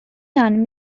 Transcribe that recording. non